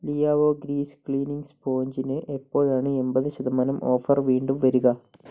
Liao grease cleaning സ്പോഞ്ചിന് എപ്പോഴാണ് എൺപത് ശതമാനം ഓഫർ വീണ്ടും വരിക